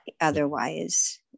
otherwise